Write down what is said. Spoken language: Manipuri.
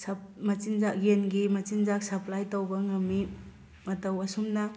ꯃꯆꯤꯟꯖꯥꯛ ꯌꯦꯟꯒꯤ ꯃꯆꯤꯟꯖꯥꯛ ꯁꯄ꯭ꯂꯥꯏ ꯇꯧꯕ ꯉꯝꯃꯤ ꯃꯇꯧ ꯑꯁꯨꯝꯅ